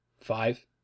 Five